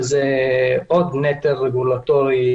שזה עוד נטל רגולטורי,